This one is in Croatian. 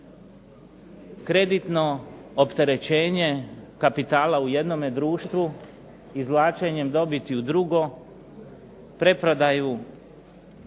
kreditno opterećenje kapitala u jednom društvu, izvlačenjem dobiti u drugo, preprodaju